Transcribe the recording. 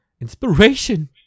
inspiration